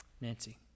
Nancy